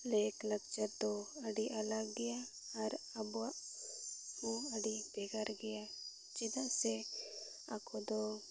ᱞᱟᱭᱼᱞᱟᱠᱪᱟᱨ ᱫᱚ ᱟᱹᱰᱤ ᱟᱞᱟᱜ ᱜᱮᱭᱟ ᱟᱨ ᱟᱵᱚᱣᱟᱜ ᱦᱚᱸ ᱟᱹᱰᱤ ᱵᱷᱮᱜᱟᱨ ᱜᱮᱭᱟ ᱪᱮᱫᱟᱜ ᱥᱮ ᱟᱠᱚ ᱫᱚ